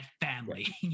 family